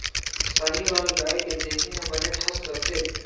साहीवाल गाय के देहे ह बने ठस रथे